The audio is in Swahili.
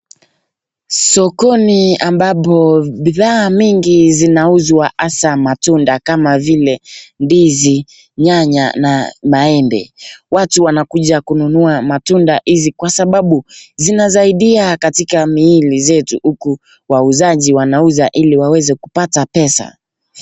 Sokoni ambapo bidhaa mingi zinauzwa, hasa matunda kama vile ndizi, nyanya, na maembe. Watu wanakuja kununua matunda hizi kwa sababu zinasaidia katika miili zetu, huku wauzaji wanauza ili waweze kupata pesa.